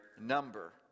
number